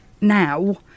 now